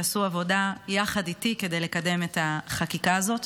שעשו עבודה יחד איתי כדי לקדם את החקיקה הזאת.